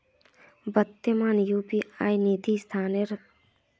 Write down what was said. वर्त्तमानत यू.पी.आई निधि स्थानांतनेर सब स लोकप्रिय माध्यम छिके